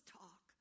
talk